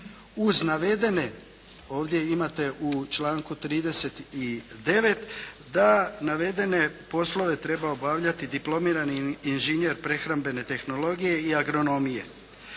uz navedene, ovdje imate u članku 39. da navedene poslove treba obavljati diplomirani inženjer prehrambene tehnologije i agronomije.